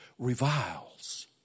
reviles